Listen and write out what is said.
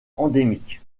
endémique